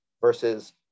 versus